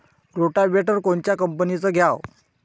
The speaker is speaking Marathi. रोटावेटर कोनच्या कंपनीचं घ्यावं?